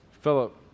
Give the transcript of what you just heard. Philip